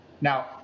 Now